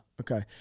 okay